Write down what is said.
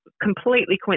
Completely